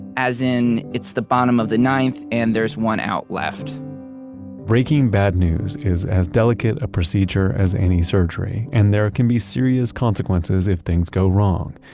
as in it's the bottom of the ninth and there's one out left breaking bad news is as delicate a procedure as any surgery and there can be serious consequences if things go wrong.